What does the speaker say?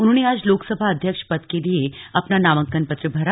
उन्होंने आज लोकसभा अध्यक्ष पद के लिए अपना नामांकन पत्र भरा